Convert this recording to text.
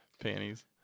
Panties